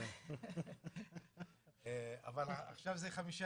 ברגע שנשווה